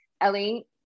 Ellie